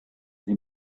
sie